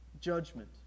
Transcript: judgment